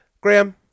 Graham